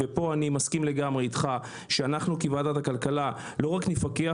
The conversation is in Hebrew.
פה אני מסכים לגמרי איתך שאנחנו בוועדת הכלכלה לא רק נפקח,